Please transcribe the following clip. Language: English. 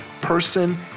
person